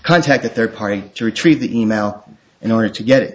contact a third party to retrieve the email in order to get